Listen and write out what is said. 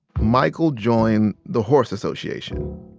michael joined the horse association.